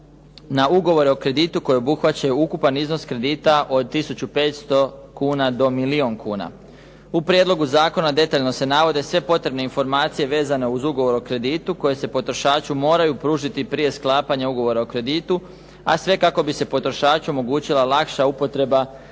na ugovore o kreditu koji obuhvaćaju ukupan iznos kredita od 1500 kuna do milijun kuna. U prijedlogu zakona detaljno se navode sve potrebne informacije vezane uz ugovor o kreditu koje se potrošaču moraju pružiti prije sklapanja ugovora o kreditu, a sve kako bi se potrošaču omogućila lakša upotreba